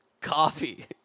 coffee